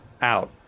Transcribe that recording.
out